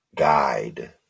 Guide